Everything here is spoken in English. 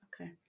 Okay